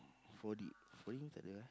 four D four D ni takde eh